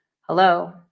hello